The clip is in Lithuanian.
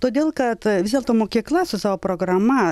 todėl kad vis dėlto mokykla su savo programa